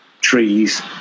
trees